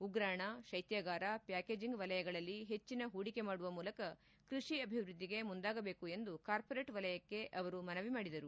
ಉಗ್ರಾಣ ಶೈತ್ಲಾಗಾರ ಪ್ಲಾಕೇಜಿಂಗ್ ವಲಯಗಳಲ್ಲಿ ಹೆಚ್ಚಿನ ಹೂಡಿಕೆ ಮಾಡುವ ಮೂಲಕ ಕೃಷಿ ಅಭಿವೃದ್ದಿಗೆ ಮುಂದಾಗಬೇಕು ಎಂದು ಕಾರ್ಪೋರೇಟ್ ವಲಯಕ್ಕೆ ಅವರು ಮನವಿ ಮಾಡಿದರು